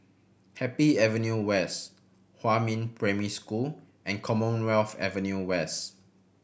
Happy Avenue West Huamin Primary School and Commonwealth Avenue West